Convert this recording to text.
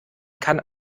kann